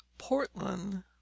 Portland